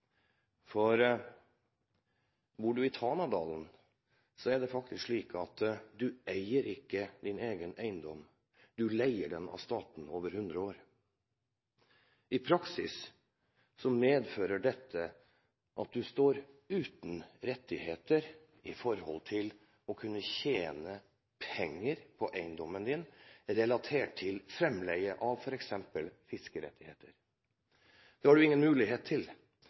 du i Tanadalen, er det faktisk slik at du ikke eier din egen eiendom, du leier den av staten i 100 år. I praksis medfører dette at du står uten rettigheter til å kunne tjene penger på eiendommen din, relatert til fremleie av f.eks. fiskerettigheter. Det har du ingen mulighet til,